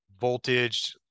voltage